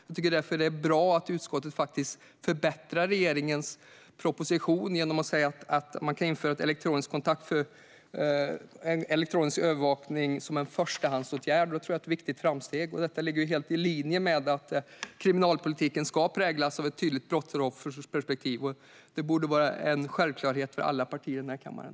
Jag tycker därför att det är bra att utskottet förbättrar regeringens proposition genom att säga att man kan införa elektronisk övervakning som en förstahandsåtgärd. Det tror jag är ett viktigt framsteg, och detta ligger helt i linje med att kriminalpolitiken ska präglas av ett tydligt brottsofferperspektiv. Det borde vara en självklarhet för alla partier i den här kammaren.